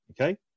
okay